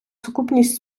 сукупність